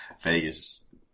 Vegas